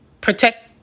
protect